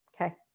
Okay